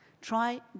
try